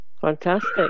Fantastic